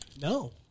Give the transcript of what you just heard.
No